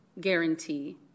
guarantee